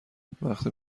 وقتی